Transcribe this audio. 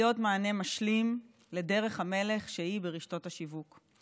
להיות מענה משלים לדרך המלך, שהיא ברשתות השיווק.